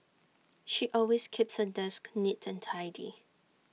she always keeps her desk neat and tidy